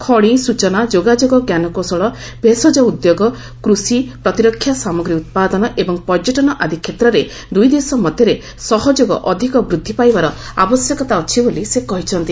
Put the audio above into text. ଖଣି ସୂଚନା ଯୋଗାଯୋଗ ଜ୍ଞାନକୌଶଳ ଭେଷକ ଉଦ୍ୟୋଗ କୃଷି ପ୍ରତିରକ୍ଷା ସାମଗ୍ରୀ ଉତ୍ପାଦନ ଏବଂ ପର୍ଯ୍ୟଟନ ଆଦି କ୍ଷେତ୍ରରେ ଦୁଇ ଦେଶ ମଧ୍ୟରେ ସହଯୋଗ ଅଧିକ ବୃଦ୍ଧି ପାଇବାର ଆବଶ୍ୟକତା ଅଛି ବୋଲି ସେ କହିଛନ୍ତି